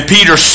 Peter